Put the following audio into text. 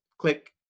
Click